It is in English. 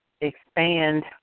expand